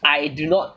I do not